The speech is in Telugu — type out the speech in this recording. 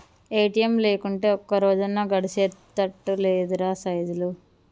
ఏ.టి.ఎమ్ లేకుంటే ఒక్కరోజన్నా గడిసెతట్టు లేదురా సైదులు